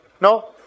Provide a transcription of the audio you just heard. No